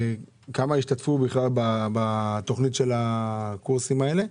כמה השתתפו בתכנית של הקורסים האלה,